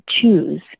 choose